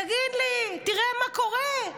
תגיד לי, תראה מה קורה,